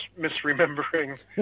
misremembering